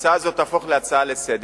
שההצעה הזו תהפוך להצעה לסדר-היום,